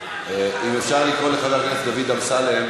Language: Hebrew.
אם אפשר לקרוא לחבר הכנסת דוד אמסלם,